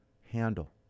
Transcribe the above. handle